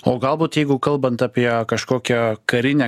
o galbūt jeigu kalbant apie kažkokią karinę